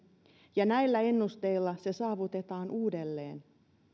ja näillä ennusteilla se saavutetaan uudelleen